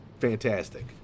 fantastic